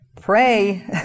pray